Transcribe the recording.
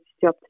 job